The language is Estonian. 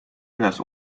ühes